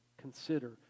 consider